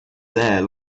there